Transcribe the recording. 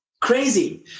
Crazy